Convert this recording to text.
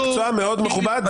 מקצוע מאוד מכובד.